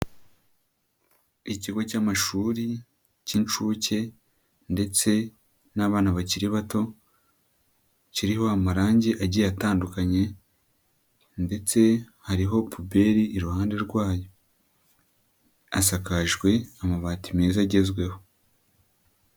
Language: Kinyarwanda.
Ikigo cy'amashuri cy'inshuke ndetse n'abana bakiri bato kiriho amarangi agiye atandukanye ndetse hariho puberi iruhande rwayo, asakajwe amabati meza agezweho.